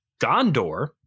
Gondor